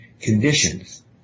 conditions